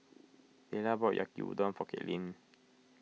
Tayla bought Yaki Udon for Kaitlynn